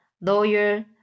lawyer